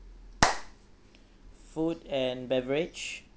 food and beverage